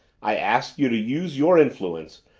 i ask you to use your influence,